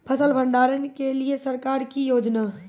फसल भंडारण के लिए सरकार की योजना?